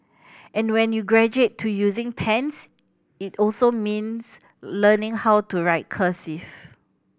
and when you graduate to using pens it also means learning how to write cursive